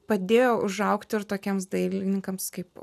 padėjo užaugti ir tokiems dailininkams kaip